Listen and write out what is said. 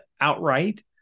outright